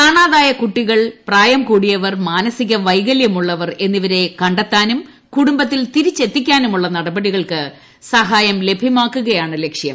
കാണാതായ കുട്ടികൾ പ്രായ്ക്കൂടിയവർ മാനസിക വൈകല്യമുള്ളവർ എന്നിപ്പ്രെ കണ്ടെത്താനും കുടുംബത്തിൽ തിരിച്ചെത്തിക്കാനുമുള്ള ന്ടപടികൾക്ക് സഹായം ലഭ്യമാക്കുകയാണ് ലക്ഷ്യം